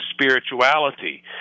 spirituality